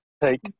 take